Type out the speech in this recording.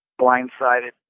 Blindsided